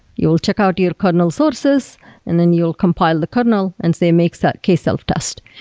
you'll check out your kernel sources and then you'll compile the kernel and, say, makes that k self-test.